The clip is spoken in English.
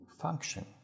function